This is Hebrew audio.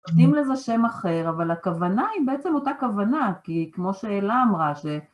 נותנים לזה שם אחר, אבל הכוונה היא בעצם אותה כוונה, כי כמו שאלה אמרה ש...